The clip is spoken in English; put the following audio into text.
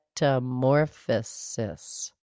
Metamorphosis